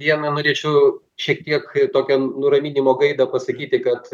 vieną norėčiau šiek tiek tokią nuraminimo gaidą pasakyti kad